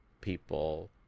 people –